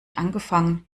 angefangen